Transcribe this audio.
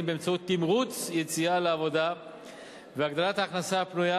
באמצעות תמרוץ יציאה לעבודה והגדלת ההכנסה הפנויה.